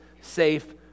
safe